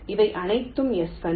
இவை அனைத்தும் S 1